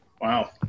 Wow